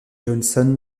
johnson